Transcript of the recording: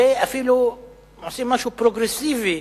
ואפילו עושים משהו פרוגרסיבי,